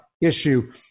issue